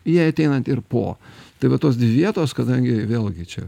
jai ateinant ir po tai va tos dvi vietos kadangi vėlgi čia